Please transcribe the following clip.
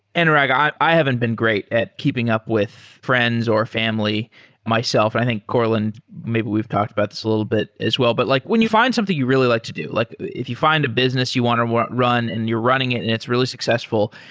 and like i i haven't been great at keeping up with friends or family myself. i think courtland, maybe we've talked about this little bit as well, but like when you find something you really like to do, like if you find a business you want and to run and you're running it and it's really successful,